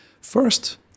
first